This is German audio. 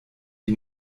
wie